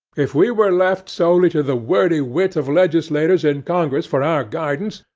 if we were left solely to the wordy wit of legislators in congress for our guidance,